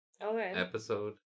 episode